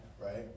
right